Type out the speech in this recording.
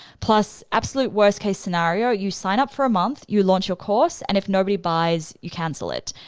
plus, absolute worst case scenario, you sign up for a month, you launch your course and if nobody buys, you cancel it.